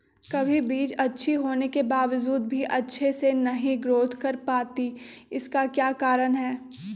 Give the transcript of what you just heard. कभी बीज अच्छी होने के बावजूद भी अच्छे से नहीं ग्रोथ कर पाती इसका क्या कारण है?